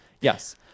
Yes